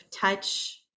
touch